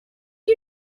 you